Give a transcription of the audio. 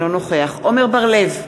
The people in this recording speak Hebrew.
אינו נוכח עמר בר-לב,